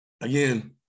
again